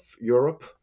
Europe